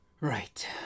Right